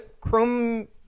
chrome